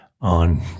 On